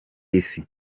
isi